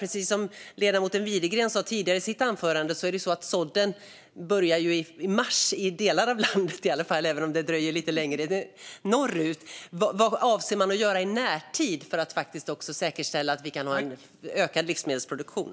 Precis som ledamoten Widegren sa i sitt anförande tidigare börjar sådden i mars, i alla fall i delar av landet - norrut kan det dröja lite längre. Vad avser man att göra i närtid för att säkerställa att vi får en ökad livsmedelsproduktion?